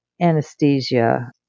anesthesia